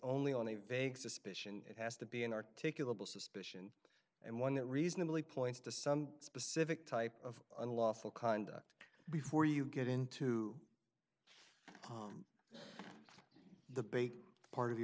only on a vague suspicion it has to be an articulable suspicion and one that reasonably points to some specific type of unlawful conduct before you get into the bait part of